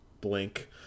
Blink